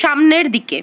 সামনের দিকে